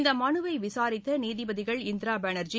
இந்த மனுவை விசாரித்த நீதிபதிகள் இந்திரா பானா்ஜி